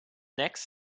next